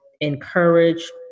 encourage